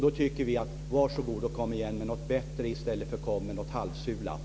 Då säger vi: Varsågod att komma tillbaka med något bättre i stället för att komma med något halvsulat.